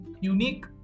unique